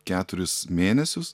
keturis mėnesius